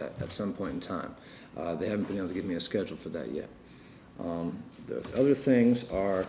that at some point in time they haven't been able to give me a schedule for that yet the other things are